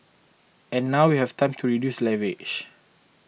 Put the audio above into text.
and now we have time to reduce leverage